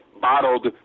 Bottled